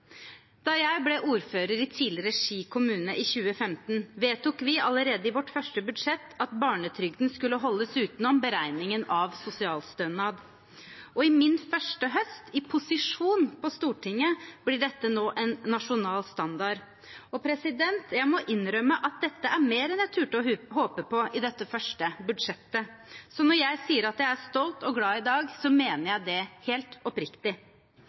Da jeg ble ordfører i tidligere Ski kommune i 2015, vedtok vi allerede i vårt første budsjett at barnetrygden skulle holdes utenom beregningen av sosialstønad, og i min første høst i posisjon på Stortinget blir dette nå en nasjonal standard. Jeg må innrømme at dette er mer enn jeg turte å håpe på i dette første budsjettet. Så når jeg sier jeg er stolt og glad i dag, mener jeg det helt oppriktig.